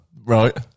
Right